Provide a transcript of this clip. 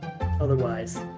otherwise